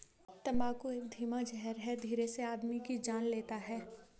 तम्बाकू एक धीमा जहर है धीरे से आदमी की जान लेता है